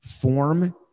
form